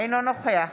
אינו נוכח